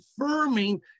confirming